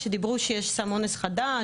שדיברו שיש סם אונס חדש,